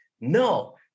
no